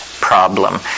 problem